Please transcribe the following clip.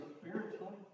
spiritually